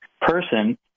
person